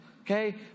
okay